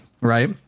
right